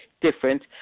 different